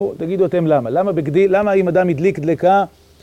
תגידו אתם למה. למה בגדי... למה אם אדם ידליק דלקה...